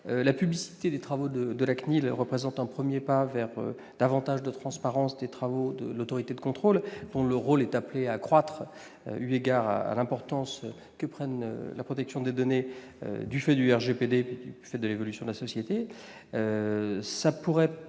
La publicité des travaux de la CNIL représente un premier pas vers davantage de transparence des travaux de l'autorité de contrôle, dont le rôle est appelé à croître eu égard à l'importance que prend la protection des données avec le règlement général sur la protection des données,